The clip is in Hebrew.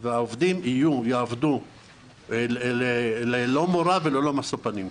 והעובדים יעבדו ללא מורא וללא משוא פנים.